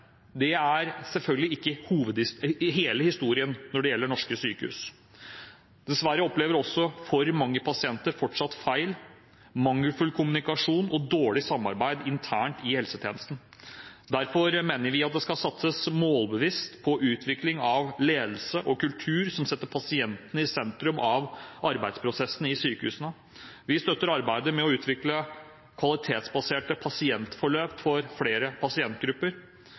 det er selvfølgelig ikke hele historien når det gjelder norske sykehus. Dessverre opplever for mange pasienter fortsatt feil, mangelfull kommunikasjon og dårlig samarbeid internt i helsetjenesten. Derfor mener vi det skal satses målbevisst på utvikling av ledelse og kultur som setter pasientene i sentrum av arbeidsprosessene i sykehusene. Vi støtter arbeidet med å utvikle kvalitetsbaserte pasientforløp for flere pasientgrupper,